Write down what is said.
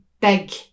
big